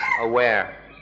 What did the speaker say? aware